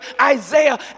Isaiah